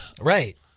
Right